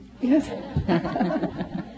Yes